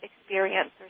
experience